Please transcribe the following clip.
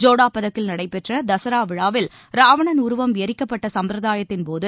ஜோடா பதக்கில் நடைபெற்றதசரா விழாவில் ராவணன் உருவம் எரிக்கப்பட்ட சம்பிரதாயத்தின்போது